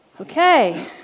Okay